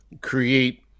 create